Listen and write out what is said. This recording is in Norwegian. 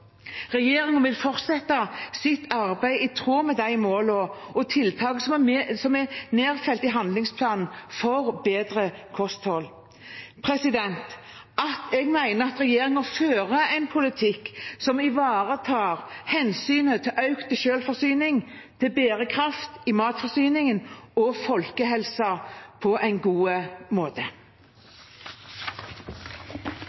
Regjeringen vil fortsette sitt arbeid i tråd med de målene og tiltakene som er nedfelt i handlingsplanen for bedre kosthold. Jeg mener at regjeringen fører en politikk som ivaretar hensynet til økt selvforsyning, bærekraft i matforsyningen og folkehelse på en god måte.